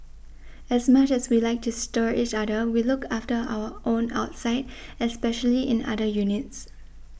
as much as we like to stir each other we look after our own outside especially in other units